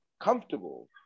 comfortable